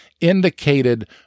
indicated